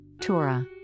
Torah